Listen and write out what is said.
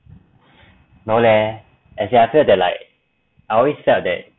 no leh as in I feel that like I always felt that